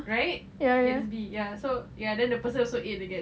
right gatsby ya so ya then the person also eat the gatsby